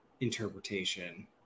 interpretation